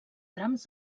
trams